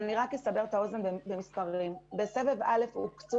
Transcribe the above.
אסבר את אוזנכם בעוד כמה מספרים: בסבב א' הוקצו